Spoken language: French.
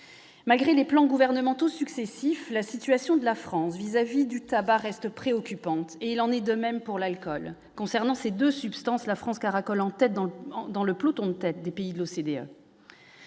malgré les plans gouvernementaux successifs, la situation de la France vis-à-vis du tabac reste préoccupante et il en est de même pour l'alcool, concernant ces 2 substances la France caracole en tête dans le dans le peloton de tête des pays de l'OCDE.